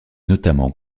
notamment